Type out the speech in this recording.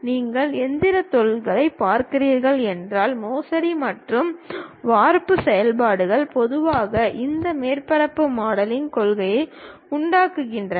நீங்கள் இயந்திரத் தொழில்களைப் பார்க்கிறீர்கள் என்றால் மோசடி மற்றும் வார்ப்பு செயல்பாடுகள் பொதுவாக இந்த மேற்பரப்பு மாடலிங் கொள்கைகளை உள்ளடக்குகின்றன